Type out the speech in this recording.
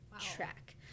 track